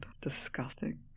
disgusting